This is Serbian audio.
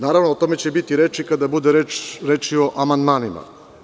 Naravno, o tome će biti reči kada bude reči i amandmanima.